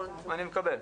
אני מקבל.